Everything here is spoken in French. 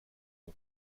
nom